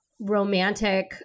romantic